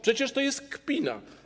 Przecież to jest kpina.